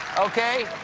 okay.